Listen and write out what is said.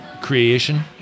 creation